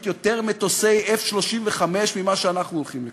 יותר מטוסי F-35 ממה שאנחנו הולכים לקבל.